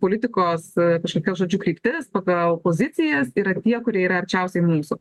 politikos kažkokios žodžiu kryptis pagal pozicijas yra tie kurie yra arčiausiai mūsų